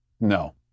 no